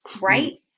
right